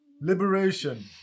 Liberation